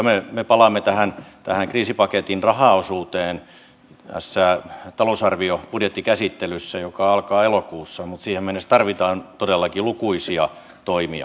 me palaamme tähän kriisipaketin rahaosuuteen tässä talousarvion budjettikäsittelyssä joka alkaa elokuussa mutta siihen mennessä tarvitaan todellakin lukuisia toimia